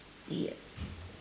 yes